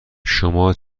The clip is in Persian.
شما